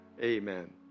Amen